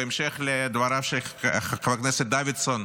בהמשך לדבריו של חבר הכנסת דוידסון,